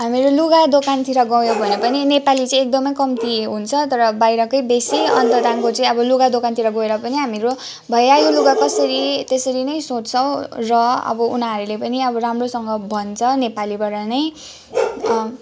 हामीहरू लुगा दोकानतिर गयौँ भने पनि नेपाली चाहिँ एकदमै कम्ति हुन्छ तर बाहिरकै बेसी अन्त त्यहाँदेखिको चाहिँ आबो लुगा दोकानतिर गोएर पनि हामीहरू भैया यो लुगा कसरी तेसरीनै सोध्छौँ र अब उनीहरूले पनि अब राम्रोसँग भन्छ नेपालीबाट नै